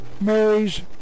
marries